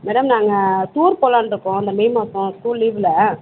madam நாங்கள் tour போலாம்னு இருக்கோம் இந்த மே மாதம் ஸ்கூல் லீவில்